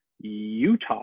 Utah